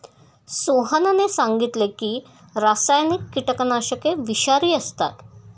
सोहनने सांगितले की रासायनिक कीटकनाशके विषारी असतात